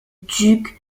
duc